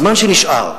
הזמן שנשאר,